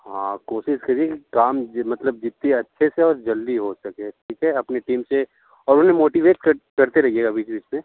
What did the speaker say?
हाँ कोशिश करिए की काम मतलब जितनी अच्छे से और जल्दी हो सके ठीक है अपनी टीम से और उन्हें मोटिवेट करते रहिएगा बीच बीच में